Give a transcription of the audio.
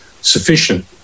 sufficient